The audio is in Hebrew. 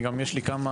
יש דברים